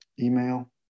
email